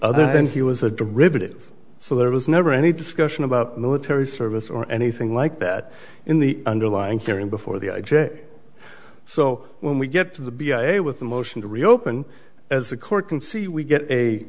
other than he was a derivative so there was never any discussion about military service or anything like that in the underlying theory before the i j a so when we get to the b s a with a motion to reopen as the court can see we get a